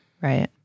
Right